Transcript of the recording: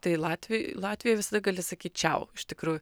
tai latviai latvijoj visada gali sakyt čiau iš tikrųjų